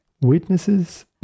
witnesses